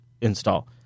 install